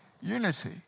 unity